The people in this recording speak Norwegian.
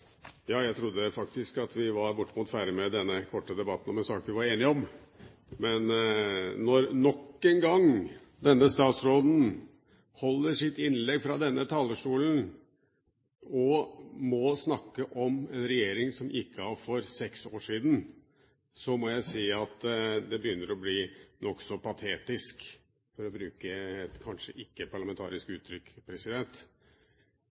Jeg trodde faktisk at vi var bortimot ferdige med denne korte debatten om en sak vi er enige om, men når denne statsråden nok en gang holder sitt innlegg fra denne talerstolen og må snakke om en regjering som gikk av for seks år siden, må jeg si at det begynner å bli nokså patetisk, for å bruke kanskje et ikke-parlamentarisk uttrykk. Hun unnlater jo å snakke om regjeringene før den regjeringen. Kanskje